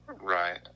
Right